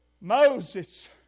Moses